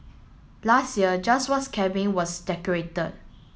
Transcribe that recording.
last year just once cabin was decorated